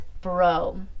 bro